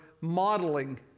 modeling